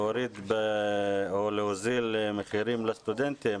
להוזיל מחירים לסטודנטים,